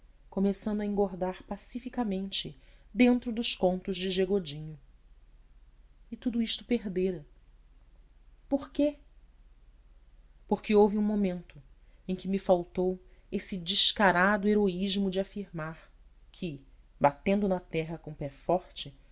começando a engordar pacificamente dentro dos contos de g godinho e tudo isto perdera por quê porque houve um momento em que me faltou esse descarado heroísmo de afirmar que batendo na terra com pé forte